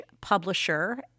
publisher